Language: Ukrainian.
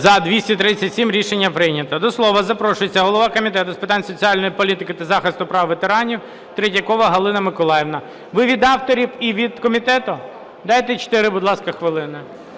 За-237 Рішення прийнято. До слова запрошується голова Комітету з питань соціальної політики та захисту прав ветеранів Третьякова Галина Миколаївна. Ви від авторів і від комітету? Дайте чотири, будь ласка, хвилини.